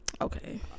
Okay